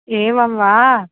एवं वा